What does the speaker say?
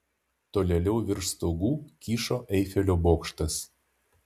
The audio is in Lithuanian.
tolėliau virš stogų kyšo eifelio bokštas